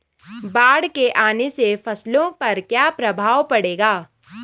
बाढ़ के आने से फसलों पर क्या प्रभाव पड़ेगा?